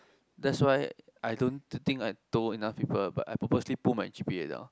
that's why I don't think I've told enough people but I purposely put my g_p_a though